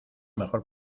mejor